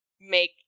make